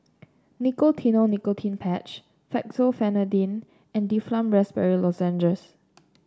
Nicotinell Nicotine Patch Fexofenadine and Difflam Raspberry Lozenges